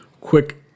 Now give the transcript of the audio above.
quick